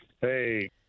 Hey